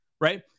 right